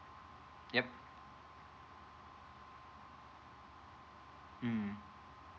yup mm